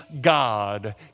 God